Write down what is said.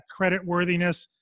creditworthiness